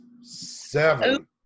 Seven